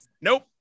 Nope